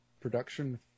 production